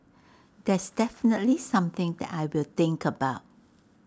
that's definitely something that I will think about